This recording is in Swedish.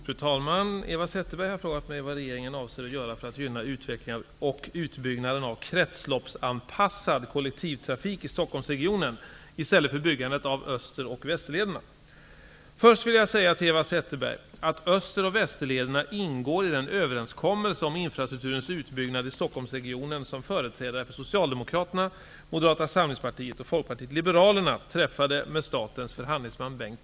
Fru talman! Eva Zetterberg har frågat mig vad regeringen avser att göra för att gynna utvecklingen och utbyggnaden av kretsloppsanpassad kollektivtrafik i Stockholmsregionen i stället för byggandet av Österoch Västerlederna. Först vill jag säga till Eva Zetterberg att Österoch Västerlederna ingår i den överenskommelse om infrastrukturens utbyggnad i Stockholmsregionen som företrädare för Socialdemokraterna, Bengt Dennis.